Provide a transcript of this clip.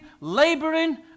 laboring